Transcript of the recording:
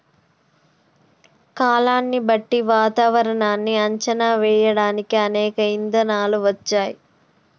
కాలాన్ని బట్టి వాతావరనాన్ని అంచనా వేయడానికి అనేక ఇధానాలు వచ్చాయి